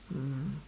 mm